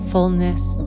Fullness